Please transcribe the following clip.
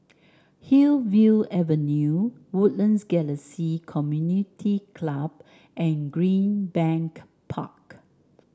Hillview Avenue Woodlands Galaxy Community Club and Greenbank Park